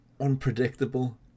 unpredictable